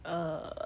err